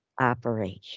Operation